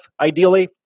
ideally